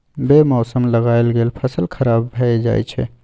बे मौसम लगाएल गेल फसल खराब भए जाई छै